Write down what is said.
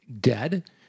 dead